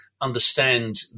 understand